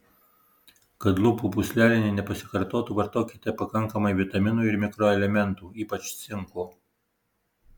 kad lūpų pūslelinė nepasikartotų vartokite pakankamai vitaminų ir mikroelementų ypač cinko